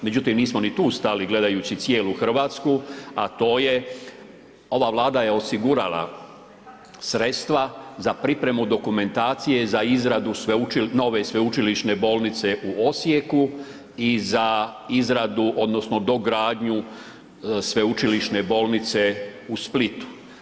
Međutim, nismo ni tu stali gledajući cijelu RH, a to je, ova Vlada je osigurala sredstva za pripremu dokumentacije za izradu nove Sveučilišne bolnice u Osijeku i za izradu odnosno dogradnju Sveučilišne bolnice u Splitu.